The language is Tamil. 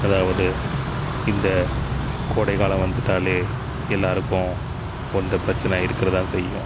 அதாவது இந்த கோடைக்காலம் வந்துவிட்டாலே எல்லோருக்கும் இந்த பிரச்சனை இருக்க தான் செய்யும்